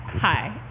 hi